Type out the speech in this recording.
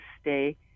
stay